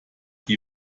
die